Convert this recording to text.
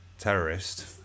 terrorist